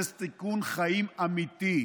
זה סיכון חיים אמיתי.